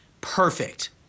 perfect